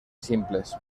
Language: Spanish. simples